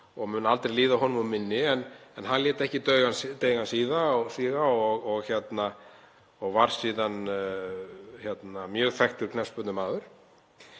og mun það aldrei líða honum úr minni. En hann lét ekki deigan síga og varð síðan mjög þekktur knattspyrnumaður.